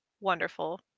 wonderful